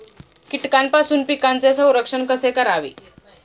कीटकांपासून पिकांचे संरक्षण कसे करावे?